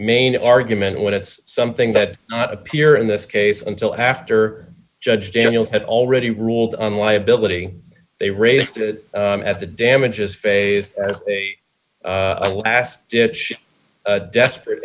main argument when it's something that not appear in this case until after judge daniels had already ruled on liability they raised it at the damages phase as a last ditch desperate